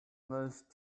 nice